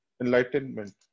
Enlightenment